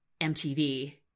MTV